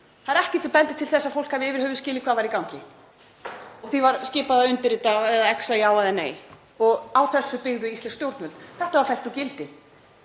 Það er ekkert sem bendir til þess að fólk hafi yfir höfuð skilið hvað væri í gangi. Því var skipað að exa við já eða nei. Og á þessu byggðu íslensk stjórnvöld. Þetta var fellt úr gildi.